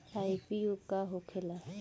IPO का होखेला?